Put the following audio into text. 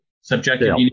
subjective